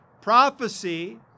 Prophecy